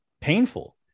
painful